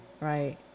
right